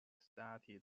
started